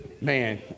man